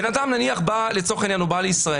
בן אדם, נניח לצורך העניין בא לישראל,